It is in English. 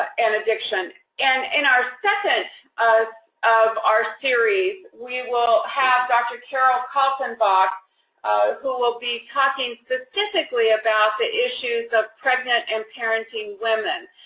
and addiction. and in the second of of our series, we will have dr. karol kaltenbach who will be talking specifically about the issues of pregnant and parenting women.